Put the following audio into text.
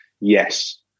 Yes